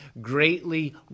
greatly